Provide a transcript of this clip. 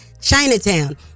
Chinatown